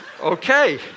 okay